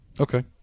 Okay